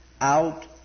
out